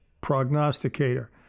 prognosticator